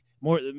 more